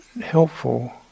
helpful